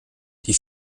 die